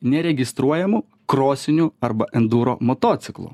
neregistruojamų krosinių arba enduro motociklų